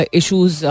issues